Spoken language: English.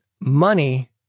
money